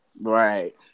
right